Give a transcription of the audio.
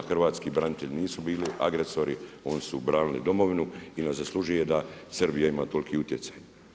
Hrvatski branitelji nisu bili agresori, oni su branili domovinu i ne zaslužuje da Srbija ima toliki utjecaj.